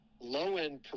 low-end